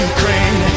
Ukraine